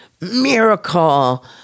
miracle